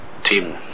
team